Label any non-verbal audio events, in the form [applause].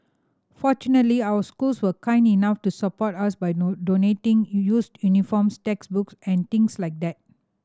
fortunately our schools were kind enough to support us by [unintelligible] donating used uniforms textbooks and things like that